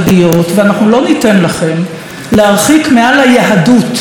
ואנחנו לא ניתן לכם להרחיק מהיהדות את